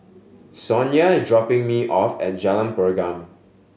Sonya is dropping me off at Jalan Pergam